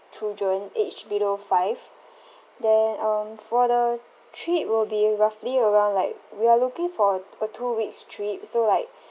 children aged below five then um for the trip will be roughly around like we are looking for a a two weeks trip so like